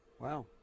wow